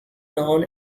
known